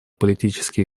политические